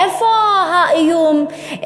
איפה האיום,